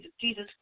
Jesus